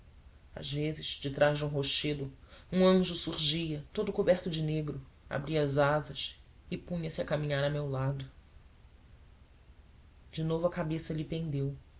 às vezes detrás de um rochedo um anjo surgia todo coberto de negro abria as asas e punha-se a caminhar ao meu lado de novo a cabeça lhe pendeu